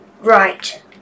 Right